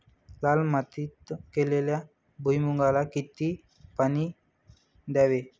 लाल मातीत केलेल्या भुईमूगाला किती पाणी द्यावे?